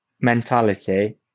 mentality